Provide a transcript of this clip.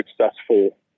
successful